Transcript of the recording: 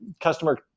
customer